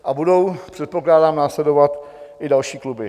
A budou předpokládám následovat i další kluby.